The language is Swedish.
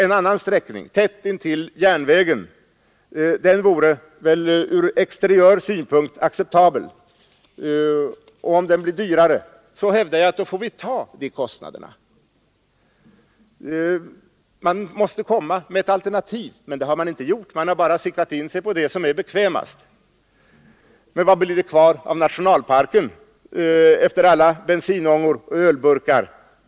En annan sträckning, tätt intill järnvägen, vore väl ur exteriör synpunkt acceptabel. Om den blir dyrare, hävdar jag att vi bör ta de kostnaderna. Man borde ha kommit med ett alternativ, men det har man inte gjort, man har bara riktat in sig på det som är bekvämast. Vad "blir det kvar av nationalparken efter alla bensinångor och ölburkar?